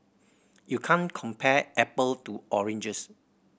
you can't compare apple to oranges